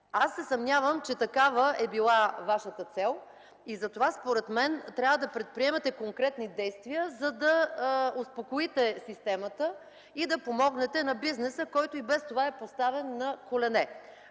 Съмнявам се, че такава е била Вашата цел. Затова според мен трябва да предприемете конкретни действия, за да успокоите системата и да помогнете на бизнеса, който и без това е поставен на колене.